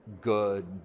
good